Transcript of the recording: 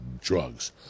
drugs